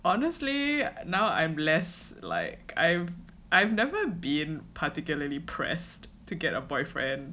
honestly now I'm less like I've I've never been particularly pressed to get a boyfriend